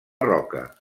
roca